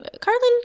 Carlin